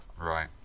Right